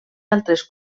altres